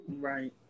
right